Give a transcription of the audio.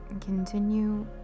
Continue